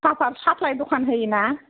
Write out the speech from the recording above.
साहा साप्लाइ दखान होयो ना